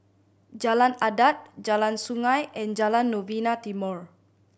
Jalan Adat Jalan Sungei and Jalan Novena Timor